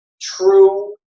true